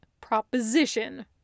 proposition